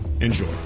enjoy